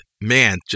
man